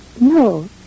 No